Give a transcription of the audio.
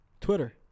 Twitter